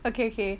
okay okay